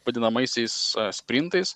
vadinamaisiais sprintais